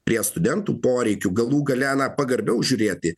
prie studentų poreikių galų gale pagarbiau žiūrėti